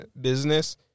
business